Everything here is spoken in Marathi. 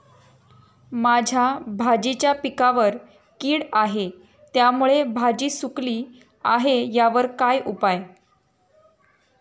माझ्या भाजीच्या पिकावर कीड आहे त्यामुळे भाजी सुकली आहे यावर काय उपाय?